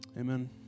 Amen